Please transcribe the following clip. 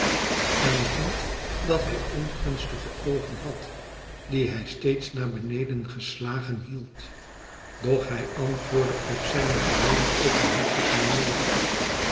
dat hij ongunstige oogen had die hij steeds naar beneden geslagen hié nadat hij antwoordde op zijne gewone openhartige manier